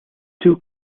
two